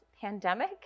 pandemic